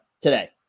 today